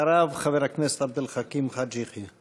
אחריו, חבר הכנסת עבד אל חכים חאג' יחיא.